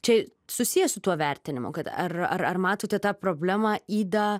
čia susiję su tuo vertinimu kad ar ar matote tą problemą ydą